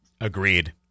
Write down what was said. Agreed